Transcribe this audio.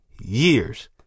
years